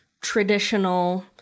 traditional